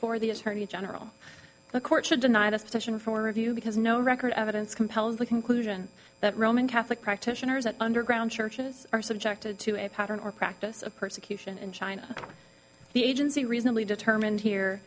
for the attorney general the court should deny this petition for review because no record of evidence compelled the conclusion that roman catholic practitioners at underground churches are subjected to a pattern or practice of persecution in china the agency reasonably determined here